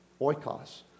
oikos